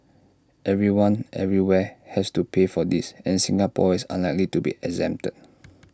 everyone everywhere has to pay for this and Singapore is unlikely to be exempted